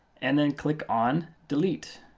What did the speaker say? and then click on delete.